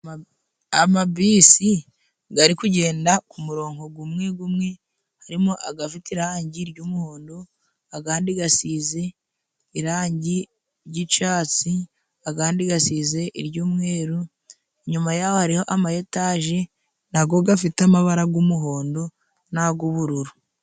Amabisi gari kugenda ku murongo gumwe gumwe, harimo agafite irangi ry'umuhondo, agandi gasize irangi ry'icatsi, agandi gasize iry'mweru, nyuma yaho hariho ama etage na go gafite amabara g'umuhondo n'ag'ubururu.